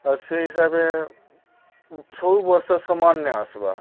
ଆଉ ସେ ହିସାବେ ସବୁ ବର୍ଷ ସମାନ୍ ନାଇ ଆସ୍ବାର୍